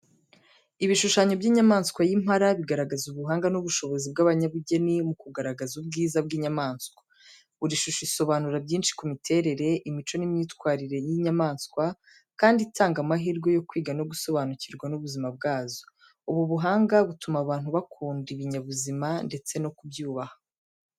Ibishushanyo by’inyamaswa y’impara bigaragaza ubuhanga n’ubushobozi bw’abanyabugeni mu kugaragaza ubwiza bw’inyamaswa. Buri shusho isobanura byinshi ku miterere, imico n’imyitwarire y'inyamaswa, kandi itanga amahirwe yo kwiga no gusobanukirwa n'ubuzima bwazo. Ubu buhanga butuma abantu bakunda ibinyabuzima ndetse no kubyubaha.